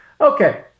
Okay